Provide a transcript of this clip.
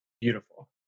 beautiful